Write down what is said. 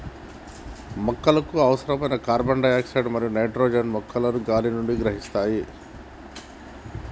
మొక్కలకు అవసరమైన carbon dioxide మరియు నైట్రోజన్ ను మొక్కలు గాలి నుండి గ్రహిస్తాయి